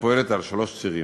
הפועלת על שלושה צירים: